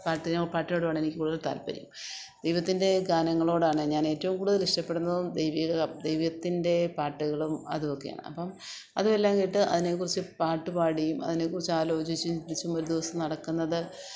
പാട്ടിനോ പാട്ടിനോടുമാണ് എനിക്ക് കൂടുതൽ താൽപ്പര്യം ദൈവത്തിന്റെ ഗാനങ്ങളോടാണ് ഞാനേറ്റവും കൂടുതൽ ഇഷ്ടപ്പെടുന്നതും ദൈവിക ദൈവത്തിന്റെ പാട്ടുകളും അതുമൊക്കെയാണ് അപ്പോള് അതുമെല്ലാം കേട്ട് അതിനേക്കുറിച്ച് പാട്ട് പാടിയും അതിനേക്കുറിച്ച് ആലോചിച്ചും ചിന്തിച്ചുമൊരു ദിവസം നടക്കുന്നത്